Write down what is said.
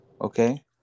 Okay